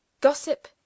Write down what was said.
Gossip